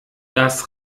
das